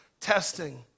testing